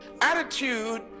Attitude